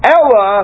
Ella